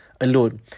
alone